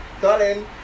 darling